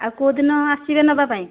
ଆଉ କେଉଁ ଦିନ ଆସିବେ ନେବାପାଇଁ